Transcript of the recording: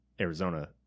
Arizona